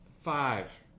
five